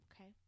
Okay